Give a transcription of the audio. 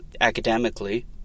academically